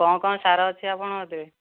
କ'ଣ କ'ଣ ସାର ଅଛି ଆପଣଙ୍କ କତିରେ